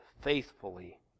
faithfully